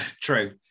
True